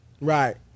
Right